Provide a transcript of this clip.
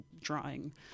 drawing